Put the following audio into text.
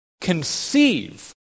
conceive